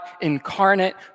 incarnate